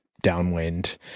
downwind